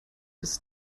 his